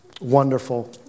wonderful